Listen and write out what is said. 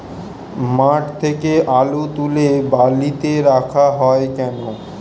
মাঠ থেকে আলু তুলে বালিতে রাখা হয় কেন?